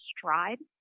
Stride